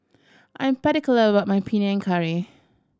I'm particular about my Panang Curry